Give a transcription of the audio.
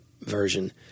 version